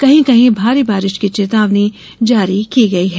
कहीं कहीं भारी बारिश की चेतावनी जारी की गई है